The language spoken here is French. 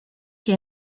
qui